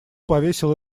повесил